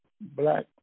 black